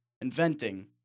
inventing